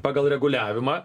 pagal reguliavimą